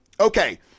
Okay